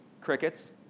Crickets